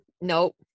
Nope